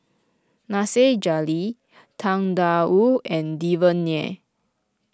Nasir Jalil Tang Da Wu and Devan Nair